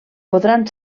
podran